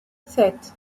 sept